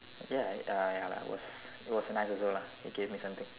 ya uh ya I was it was nice also lah he gave me something